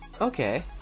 Okay